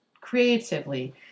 creatively